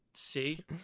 see